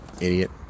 Idiot